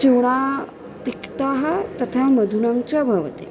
चूणा तिक्ताः तथा मधुरं च भवति